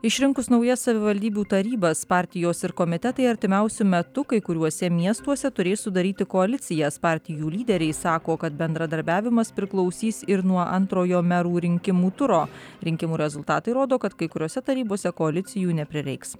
išrinkus naujas savivaldybių tarybas partijos ir komitetai artimiausiu metu kai kuriuose miestuose turės sudaryti koalicijas partijų lyderiai sako kad bendradarbiavimas priklausys ir nuo antrojo merų rinkimų turo rinkimų rezultatai rodo kad kai kuriose tarybose koalicijų neprireiks